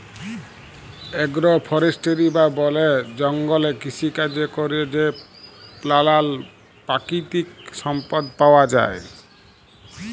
agro forestry বা বলে জঙ্গলে কৃষিকাজে ক্যরে যে লালাল পাকিতিক সম্পদ পাউয়া যায়